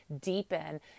deepen